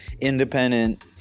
independent